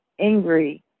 angry